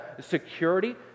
security